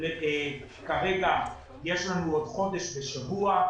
כרגע יש לנו עוד חודש ושבוע.